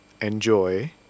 enjoy